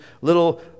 little